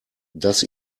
das